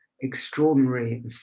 extraordinary